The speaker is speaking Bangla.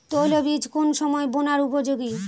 তৈল বীজ কোন সময় বোনার উপযোগী?